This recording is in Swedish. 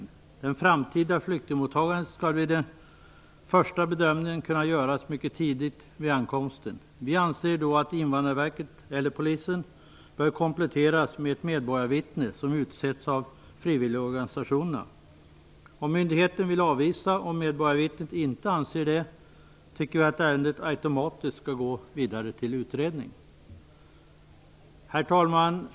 Vid det framtida flyktingmottagandet skall den första bedömningen kunna göras mycket tidigt vid ankomsten. Vi anser då att Invandrarverket eller Polisen bör kompletteras med ett medborgarvittne som utsetts av frivilligorganisationerna. Om myndigheten vill avvisa och medborgarvittnet inte anser det, tycker vi att ärendet automatiskt skall gå vidare till utredning. Herr talman!